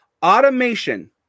Automation